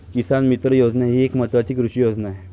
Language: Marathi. किसान मित्र योजना ही एक महत्वाची कृषी योजना आहे